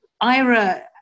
Ira